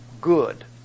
good